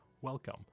Welcome